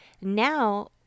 now